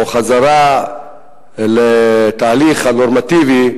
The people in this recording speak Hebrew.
או חזרה לתהליך הנורמטיבי,